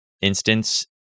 instance